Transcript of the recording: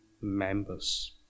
members